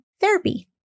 therapy